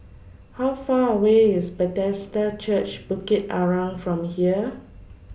How Far away IS Bethesda Church Bukit Arang from here